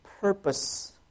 purpose